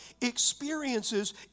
experiences